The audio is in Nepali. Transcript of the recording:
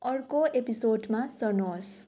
अर्को एपिसोडमा सर्नुहोस्